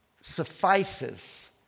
suffices